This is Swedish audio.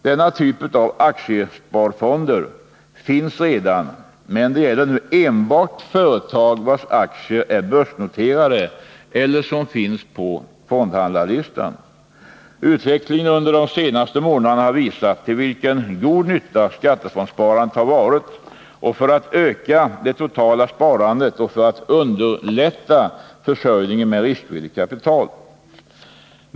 Denna typ av aktiesparfonder finns redan men gäller nu enbart företag vilkas aktier är börsnoterade eller finns noterade på fondhandlarlistan. Utvecklingen under de senaste månaderna har visat till vilken god nytta skattefondssparandet har varit för att öka det totala sparandet och underlätta försörjningen med riskvilligt kapital.